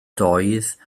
doedd